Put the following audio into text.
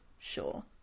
sure